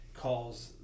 calls